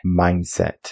mindset